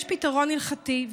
יש פתרון הלכתי,